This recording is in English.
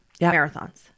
marathons